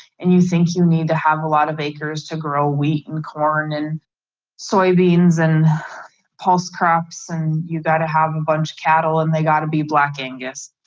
and you think you need to have a lot of acres to grow wheat and corn and soybeans and pulse crops and you got to have a bunch of cattle and they got to be black angus.